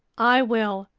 i will,